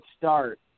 start